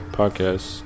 podcast